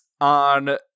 on